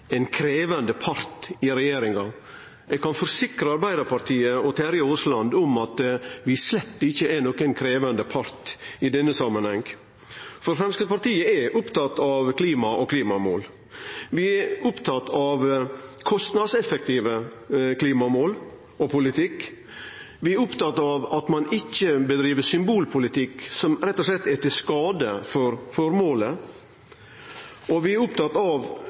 om at vi slett ikkje er nokon krevjande part i denne samanhengen. Framstegspartiet er opptatt av klima og klimamål. Vi er opptatt av kostnadseffektive klimamål og klimapolitikk, og vi er opptatt av at ein ikkje driv med symbolpolitikk som rett og slett er til skade for målet, og vi er opptatt av